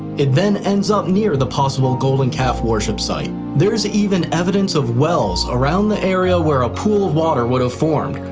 it then ends up near the possible golden calf worship site. there's even evidence of wells around the area where a pool of water would have formed,